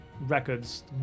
records